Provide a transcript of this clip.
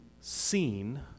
seen